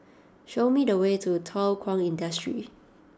show me the way to Thow Kwang Industry